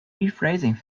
rephrasing